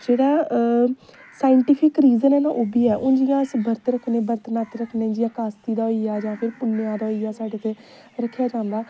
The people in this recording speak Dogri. जेह्ड़ा ऐ साइंटिफिक रीजन ऐ न ओह् बी ऐ हून जियां अस बरत रक्खने बरत नत रक्खने जियां कास्ती दा होई गेआ जां फ्ही पुन्नेआ दा होई गेआ साढ़े इत्थे रक्खेआ जंदा